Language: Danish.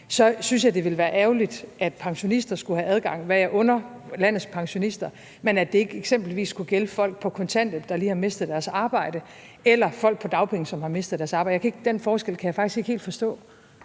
så synes jeg, det ville være ærgerligt, at pensionister skulle have adgang, hvad jeg under landets pensionister, men at det ikke skulle gælde eksempelvis folk på kontanthjælp, der lige har mistet deres arbejde, eller folk på dagpenge, som har mistet deres arbejde. Den forskel kan jeg faktisk ikke helt forstå.